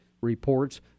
reports